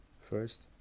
First